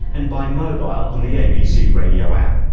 and by mobile on the abc radio app.